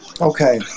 Okay